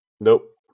Nope